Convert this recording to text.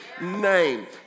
name